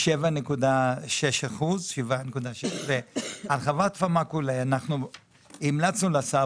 -- 7.6%; על חברת "פרמקולה" המלצנו לשר,